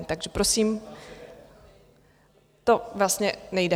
Takže prosím, To vlastně nejde.